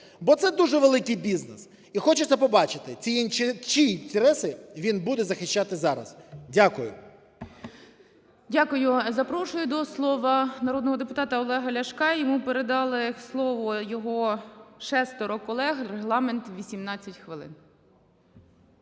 Бо це дуже великий бізнес. І хочеться побачити, чиї інтереси він буде захищати зараз. Дякую. ГОЛОВУЮЧИЙ. Дякую. Запрошую до слова народного депутата Олега Ляшка, йому передали слово його шестеро колег. Регламент - 18 хвилини.